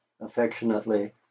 affectionately